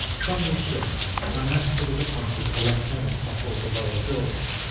from this ship my master was appointed a lieutenant on board the royal george.